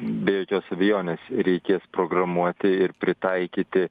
be jokios abejonės reikės programuoti ir pritaikyti